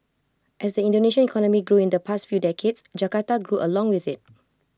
as the Indonesian economy grew in the past few decades Jakarta grew along with IT